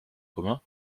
commun